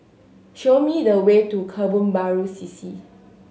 show me the way to Kebun Baru C C